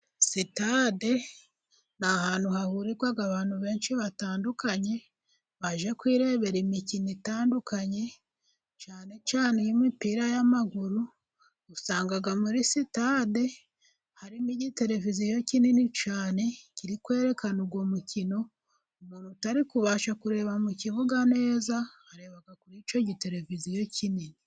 Sitade ni ahantu hahurira abantu benshi batandukanye, baje kwirebera imikino itandukanye ,cyane cyane imipira y'amaguru. Usanga muri sitade harimo igiteleviziyo kinini cyane, kiri kwerekana uwo mukino, uwutari kubasha kureba mu kibuga neza, areba kuri icyo giteleviziyo kinini.